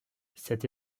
cette